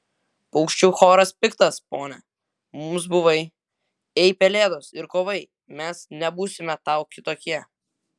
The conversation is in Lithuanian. paukščių choras piktas pone mums buvai ei pelėdos ir kovai mes nebūsime tau kitokie